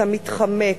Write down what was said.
אתה מתחמק,